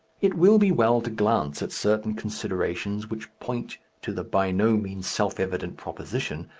it will be well to glance at certain considerations which point to the by no means self-evident proposition,